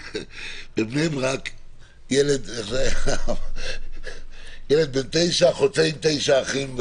בבני ברק ילד בן תשע חוצה עם תשעה אחים ואחיות.